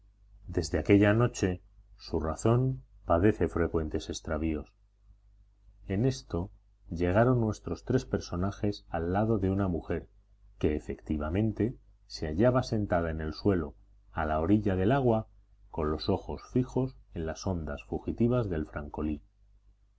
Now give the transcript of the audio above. desde aquella noche su razón padece frecuentes extravíos en esto llegaron nuestros tres personajes al lado de una mujer que efectivamente se hallaba sentada en el suelo a la orilla del agua con los ojos fijos en las ondas fugitivas del francolí